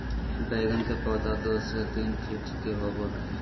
बैगन के पौधा दो से तीन फीट के होबे हइ